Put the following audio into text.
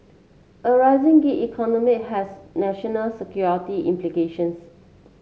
a rising gig economy has national security implications